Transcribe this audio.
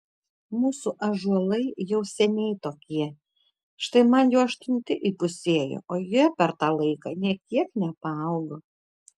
mūsų ąžuolai jau seniai tokie štai man jau aštunti įpusėjo o jie per tą laiką nė kiek nepaaugo